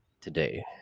today